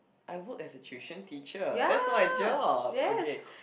I work as a tuition teacher that's my job okay